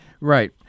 Right